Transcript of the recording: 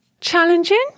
challenging